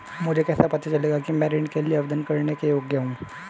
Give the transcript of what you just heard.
मुझे कैसे पता चलेगा कि मैं ऋण के लिए आवेदन करने के योग्य हूँ?